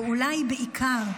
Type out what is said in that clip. ואולי בעיקר,